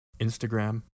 Instagram